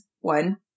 one